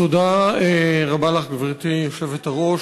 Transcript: תודה רבה לך, גברתי היושבת-ראש.